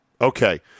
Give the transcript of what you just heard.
Okay